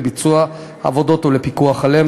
לביצוע העבודות ולפיקוח עליהן,